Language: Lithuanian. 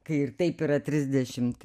kai ir taip yra trisdešimt